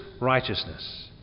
righteousness